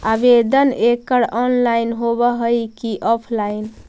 आवेदन एकड़ ऑनलाइन होव हइ की ऑफलाइन?